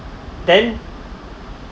then